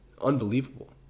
unbelievable